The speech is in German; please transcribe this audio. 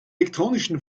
elektronischen